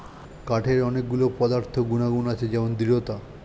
কাঠের অনেক গুলো পদার্থ গুনাগুন আছে যেমন দৃঢ়তা